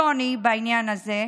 על אף השוני בעניין הזה,